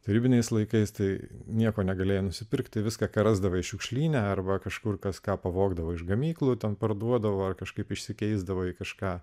tarybiniais laikais tai nieko negalėjai nusipirkti viską ką rasdavai šiukšlyne arba kažkur kas ką pavogdavo iš gamyklų ten parduodavo ar kažkaip išsikeisdavo į kažką